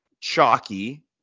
chalky